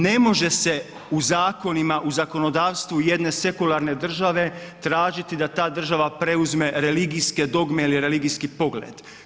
Ne može se u zakonima, u zakonodavstvu jedne sekularne države tražiti da ta država preuzme religijske dogme ili religijski pogled.